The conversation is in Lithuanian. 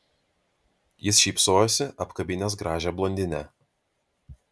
jis šypsojosi apkabinęs gražią blondinę